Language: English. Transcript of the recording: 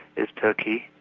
is turkey,